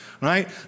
right